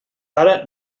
ara